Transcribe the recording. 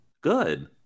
good